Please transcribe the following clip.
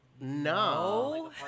No